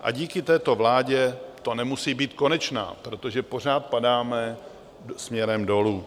A díky této vládě to nemusí být konečná, protože pořád padáme směrem dolů.